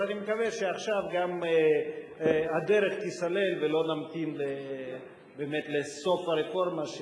אז אני מקווה שעכשיו גם הדרך תיסלל ולא נמתין לסוף הרפורמה,